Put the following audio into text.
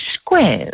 squares